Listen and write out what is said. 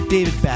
David